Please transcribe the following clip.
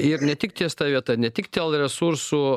ir ne tik ties ta vieta ne tik dėl resursų